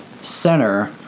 center